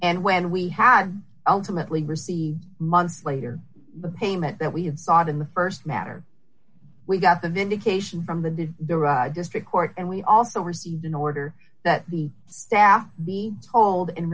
and when we have ultimately received months later the payment that we have sought in the st matter we got the vindication from the district court and we also received an order that the staff be told